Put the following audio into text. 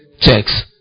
checks